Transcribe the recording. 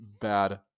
bad